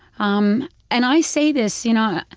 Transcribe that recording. um and i say this, you know,